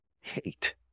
hate